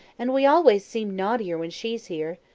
and we always seem naughtier when she's here.